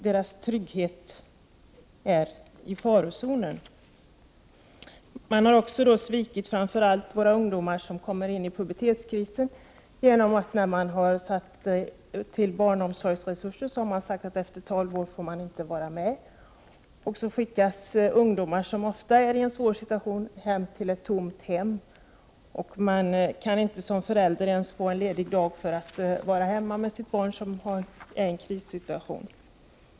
Deras trygghet är i farozonen. Man har också svikit framför allt våra ungdomar som kommer in i pubertetskrisen genom att man, vid avsättandet av resurser till barnomsorgen, har bestämt att barn över 12 år inte får vara med. Ungdomar, som ofta är ien svår situation, skickas hem till ett tomt hem. Man kan inte som förälder få ens en ledig dag för att vara hemma med sitt barn, som är i en krissituation.